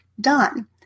done